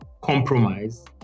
compromise